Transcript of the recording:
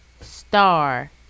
star